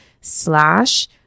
slash